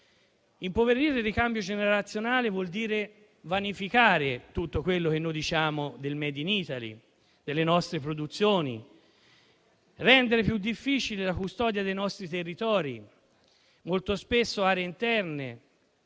Impoverire il ricambio generazionale vuol dire vanificare tutto quello che noi diciamo del *made in Italy*, delle nostre produzioni; rendere più difficile la custodia dei nostri territori, molto spesso aree interne.